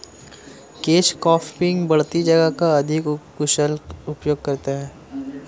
catch cropping बढ़ती जगह का अधिक कुशल उपयोग करता है